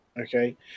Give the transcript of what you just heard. okay